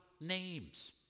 names